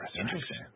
Interesting